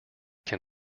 can